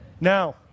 Now